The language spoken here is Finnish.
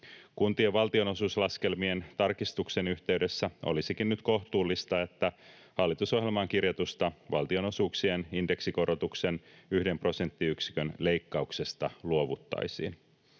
Kuntien valtionosuuslaskelmien tarkistuksen yhteydessä olisikin nyt kohtuullista, että hallitusohjelmaan kirjatusta valtionosuuksien indeksikorotuksen yhden prosenttiyksikön leikkauksesta luovuttaisiin.